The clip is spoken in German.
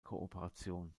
kooperation